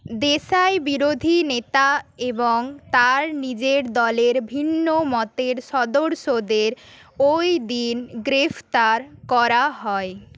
দেশাই বিরোধী নেতা এবং তার নিজের দলের ভিন্নমতের সদস্যদের ওই দিন গ্রেফতার করা হয়